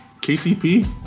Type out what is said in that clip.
KCP